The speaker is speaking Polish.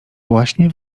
właśnie